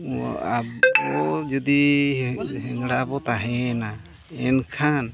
ᱱᱚᱣᱟ ᱟᱵᱚ ᱡᱩᱫᱤ ᱦᱮᱝᱲᱟᱵᱚ ᱛᱟᱦᱮᱭ ᱮᱱᱟ ᱮᱱᱠᱷᱟᱱ